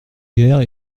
guerre